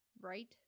right